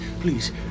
please